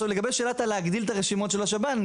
לשאלת הגדלת רשימות השב"ן,